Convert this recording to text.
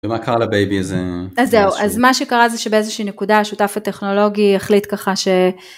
אז מה קרה לבייבי הזה? אז מה שקרה זה שבאיזושהי נקודה השותף הטכנולוגי החליט ככה ש...